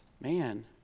man